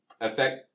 affect